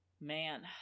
man